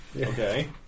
Okay